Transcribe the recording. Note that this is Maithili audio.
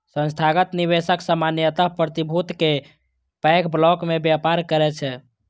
संस्थागत निवेशक सामान्यतः प्रतिभूति के पैघ ब्लॉक मे व्यापार करै छै